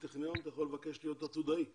לבקש להיות עתודאי